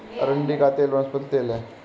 अरंडी का तेल वनस्पति तेल है